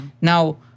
Now